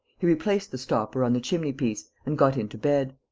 he replaced the stopper on the chimney-piece and got into bed.